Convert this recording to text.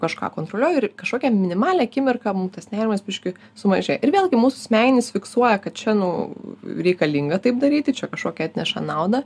kažką kontroliuoju ir kažkokią minimalią akimirką mum tas nerimas biškį sumažėja ir vėlgi mūsų smegenys fiksuoja kad čia nu reikalinga taip daryti čia kažkokią atneša naudą